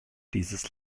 dieses